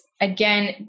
again